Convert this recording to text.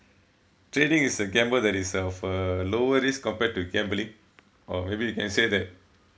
trading is a gamble that itself uh lower risk compared to gambling or maybe you can say that